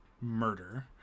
murder